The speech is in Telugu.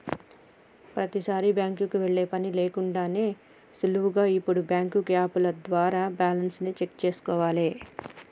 ప్రతీసారీ బ్యాంకుకి వెళ్ళే పని లేకుండానే సులువుగా ఇప్పుడు బ్యాంకు యాపుల ద్వారా బ్యాలెన్స్ ని చెక్ చేసుకోవాలే